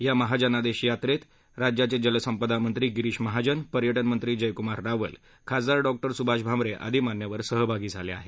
या महाजनादेश यात्रेत राज्याचे जलसंपदा मंत्री गिरीश महाजन पर्यटनमंत्री जयकुमार रावल खासदार डॉक्टर सुभाष भामरे आदी मान्यवर सहभागी झाले आहेत